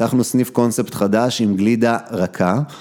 ‫אנחנו סניף קונספט חדש ‫עם גלידה רכה.